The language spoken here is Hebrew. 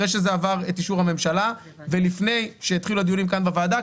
אחרי שזה עבר את אישור הממשלה ולפני שהתחילו הדיונים כאן בוועדה,